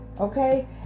Okay